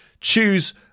choose